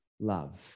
love